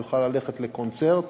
הוא יוכל ללכת לקונצרט,